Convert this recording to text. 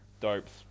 dope's